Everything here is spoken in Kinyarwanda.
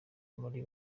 bari